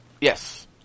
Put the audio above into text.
Yes